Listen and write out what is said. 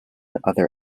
other